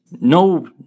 no